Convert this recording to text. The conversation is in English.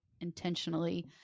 intentionally